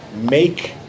make